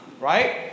right